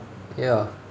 ya